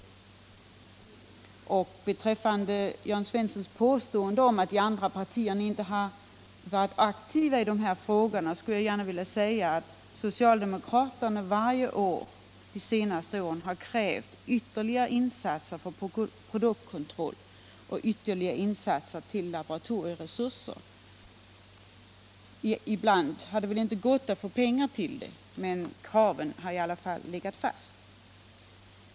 Beträffande Jörn Svenssons påstående att de andra partierna inte har varit aktiva i dessa frågor vill jag säga att socialdemokraterna varje år under de senaste åren har krävt ytterligare insatser för produktkontroll och laboratorieresurser. Ibland har det inte gått att få pengar, men kravet har i alla fall legat fast.